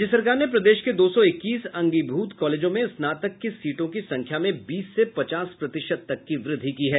राज्य सरकार ने प्रदेश के दो सौ इक्कीस अंगीभूत कॉलेजों में स्नातक की सीटों की संख्या में बीस से पचास प्रतिशत तक की वृद्धि की है